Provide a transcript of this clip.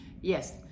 Yes